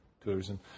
tourism